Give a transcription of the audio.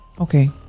okay